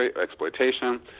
exploitation